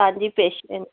तव्हांजी पेशंट